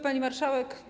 Pani Marszałek!